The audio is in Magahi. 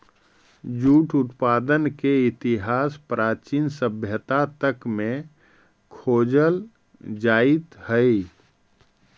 जूट उत्पादन के इतिहास प्राचीन सभ्यता तक में खोजल जाइत हई